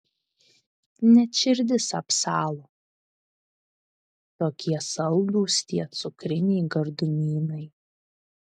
net širdis apsalo tokie saldūs tie cukriniai gardumynai